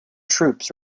troops